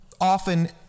often